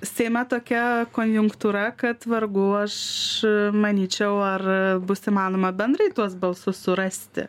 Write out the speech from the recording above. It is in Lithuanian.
seime tokia konjunktūra kad vargu aš manyčiau ar bus įmanoma bendrai tuos balsus surasti